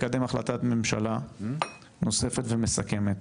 לקדם החלטת ממשלה נוספת ומסכמת,